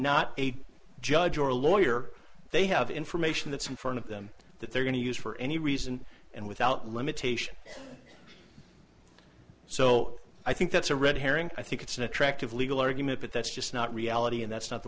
not a judge or a lawyer they have information that some form of them that they're going to use for any reason and without limitation so i think that's a red herring i think it's an attractive legal argument but that's just not reality and that's not the